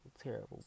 terrible